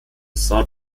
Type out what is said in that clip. saint